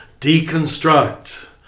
deconstruct